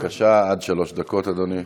בבקשה, עד שלוש דקות, אדוני.